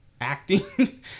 acting